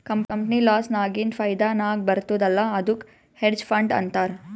company loss ನಾಗಿಂದ್ ಫೈದಾ ನಾಗ್ ಬರ್ತುದ್ ಅಲ್ಲಾ ಅದ್ದುಕ್ ಹೆಡ್ಜ್ ಫಂಡ್ ಅಂತಾರ್